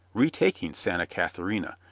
retaking santa catharina,